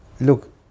Look